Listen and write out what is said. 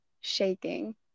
shaking